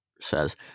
says